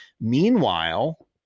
Meanwhile